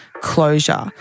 closure